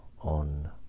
on